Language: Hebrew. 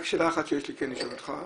רק שאלה אחת שיש לי כן לשאול אותך,